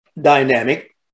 dynamic